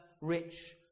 rich